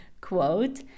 quote